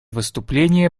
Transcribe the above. выступление